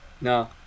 no